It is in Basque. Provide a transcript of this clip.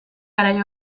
garai